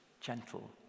gentle